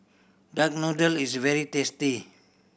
duck noodle is very tasty